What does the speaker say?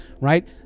right